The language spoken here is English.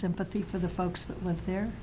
sympathy for the folks that live there